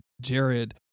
Jared